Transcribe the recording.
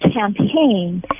campaign